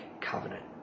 Covenant